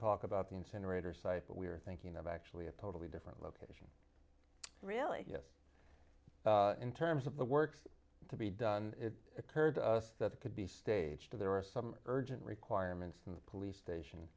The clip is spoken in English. talk about the incinerator site but we are thinking of actually a totally different look really yes in terms of the works to be done it occurred to us that it could be staged or there are some urgent requirements from the police station